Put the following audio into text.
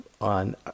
on